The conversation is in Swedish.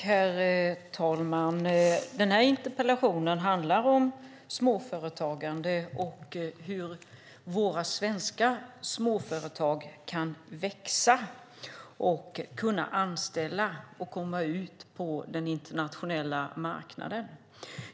Herr talman! Den här interpellationen handlar om småföretagande och hur våra svenska småföretag ska kunna växa, anställa och komma ut på den internationella marknaden.